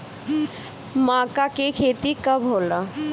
माका के खेती कब होला?